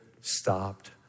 stopped